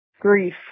grief